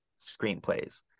screenplays